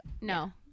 no